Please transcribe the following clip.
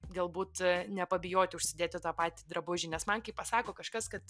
galbūt a nepabijoti užsidėti tą patį drabužį nes man kai pasako kažkas kad